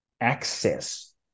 access